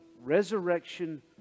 resurrection